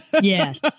Yes